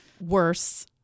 worse